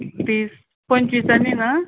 वीस पंचवीसांनी ना